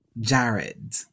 Jared